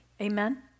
Amen